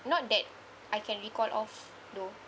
not that I can recall of though